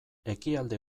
ekialde